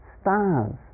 stars